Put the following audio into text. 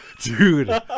Dude